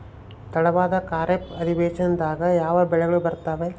ತಡವಾದ ಖಾರೇಫ್ ಅಧಿವೇಶನದಾಗ ಯಾವ ಬೆಳೆಗಳು ಬರ್ತಾವೆ?